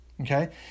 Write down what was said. okay